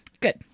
good